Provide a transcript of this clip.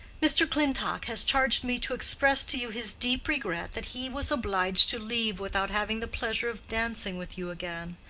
mr. clintock has charged me to express to you his deep regret that he was obliged to leave without having the pleasure of dancing with you again.